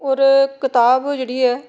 होर कताब जेह्ड़ी ऐ